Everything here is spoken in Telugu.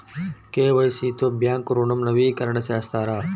కే.వై.సి తో బ్యాంక్ ఋణం నవీకరణ చేస్తారా?